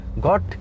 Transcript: got